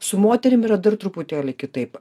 su moterim yra dar truputėlį kitaip